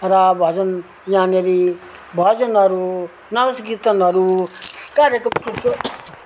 र भजन यहाँनेरि भजनहरू नाच किर्तनहरू